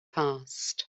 passed